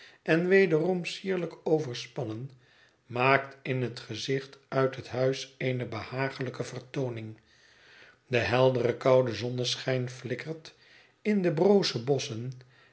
en wederom sierlijk overspannen maakt in het gezicht uit het huis eene behaaglijke vertooning de heldere koude zonneschijn flikkert in de broze bosschen